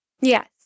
Yes